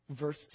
Verse